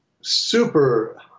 super